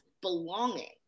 belonging